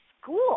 school